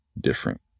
different